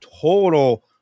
total